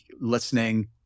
listening